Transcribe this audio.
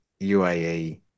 UAE